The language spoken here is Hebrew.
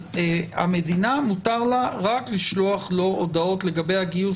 אז למדינה מותר רק לשלוח לו הודעות לגבי הגיוס